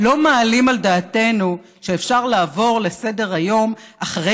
לא מעלים על דעתנו שאפשר לעבור לסדר-היום אחרי